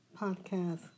podcast